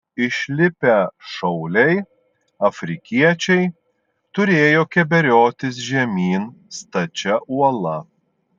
išlipę šauliai afrikiečiai turėjo keberiotis žemyn stačia uola